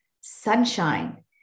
Sunshine